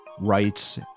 rights